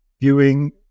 viewing